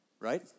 Right